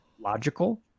logical